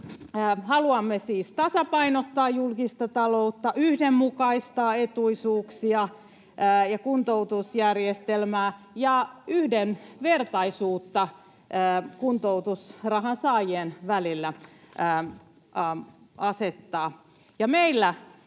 haluamme siis tasapainottaa julkista taloutta, yhdenmukaistaa etuisuuksia ja kuntoutusjärjestelmää sekä yhdenvertaisuutta kuntoutusrahan saajien välillä.